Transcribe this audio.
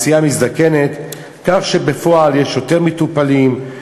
כך שבפועל יש יותר מטופלים,